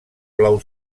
blau